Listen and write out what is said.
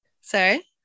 Sorry